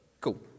cool